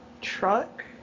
truck